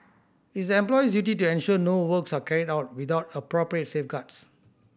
it's the employer's duty to ensure no works are carried out without appropriate safeguards